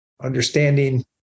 understanding